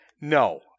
No